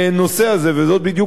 וזאת בדיוק הכוונה,